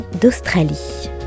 d'Australie